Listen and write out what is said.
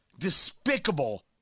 despicable